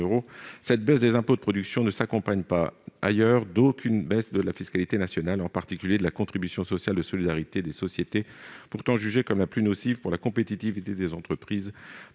cette baisse des impôts de production ne s'accompagne d'aucune baisse de la fiscalité nationale, en particulier de la contribution sociale de solidarité des sociétés, la C3S, pourtant jugée comme la plus nocive pour la compétitivité des entreprises